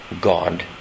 God